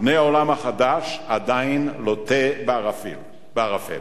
פני העולם החדש עדיין לוטים בערפל.